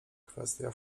kwestia